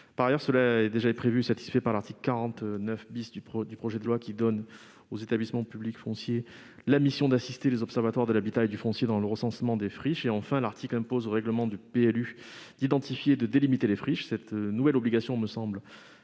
de l'amendement est déjà satisfaite par l'article 49 du projet de loi, qui confie aux établissements publics fonciers la mission d'assister les observatoires de l'habitat et du foncier dans le recensement des friches et impose au règlement du PLU d'identifier et de délimiter les friches. La nouvelle obligation envisagée